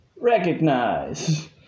Recognize